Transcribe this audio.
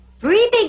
breathing